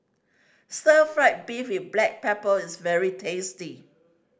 Stir Fry beef with black pepper is very tasty